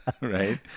Right